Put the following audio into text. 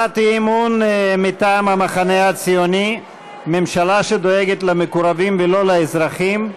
הצעת אי-אמון מטעם המחנה הציוני: ממשלה שדואגת למקורבים ולא לאזרחים.